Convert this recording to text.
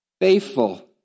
faithful